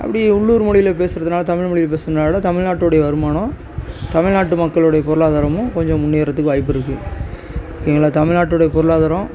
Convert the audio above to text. அப்படி உள்ளூர் மொழியில பேசுறதுனால தமிழ்மொழியில பேசுறதுனால தான் தமிழ்நாட்டுடைய வருமானம் தமிழ்நாட்டு மக்களுடைய பொருளாதாரமும் கொஞ்சம் முன்னேறத்துக்கு வாய்ப்பு இருக்கு எங்கள் தமிழ்நாட்டுடைய பொருளாதாரம்